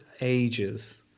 ages